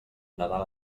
nadal